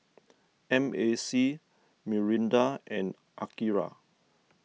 M A C Mirinda and Akira